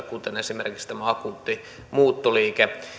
kuten esimerkiksi tämän akuutin muuttoliikkeen